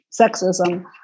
sexism